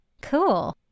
Cool